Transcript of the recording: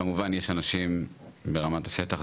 כמובן יש אנשים ברמת השטח,